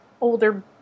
older